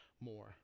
more